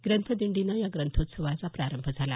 ग्रंथ दिंडीनं या ग्रंथोत्सवाला प्रारंभ झाला